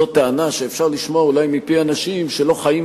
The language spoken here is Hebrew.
זו טענה שאפשר לשמוע אולי מפי אנשים שלא חיים